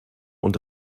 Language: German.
und